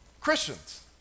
Christians